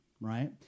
Right